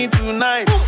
tonight